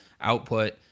output